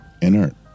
inert